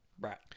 right